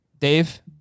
Dave